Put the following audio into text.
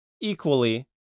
equally